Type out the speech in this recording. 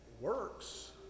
works